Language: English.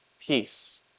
peace